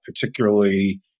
particularly